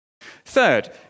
Third